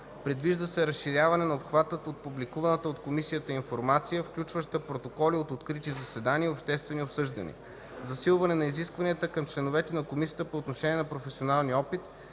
Предвижда се разширяване на обхвата от публикуваната от Комисията информация, включваща протоколи от открити заседания и обществени обсъждания. Засилване на изискванията към членовете на Комисията по отношение на професионалния опит.